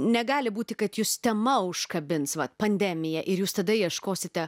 negali būti kad jus tema užkabins va pandemija ir jūs tada ieškosite